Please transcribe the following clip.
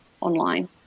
online